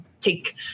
take